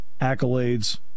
accolades